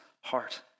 heart